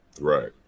Right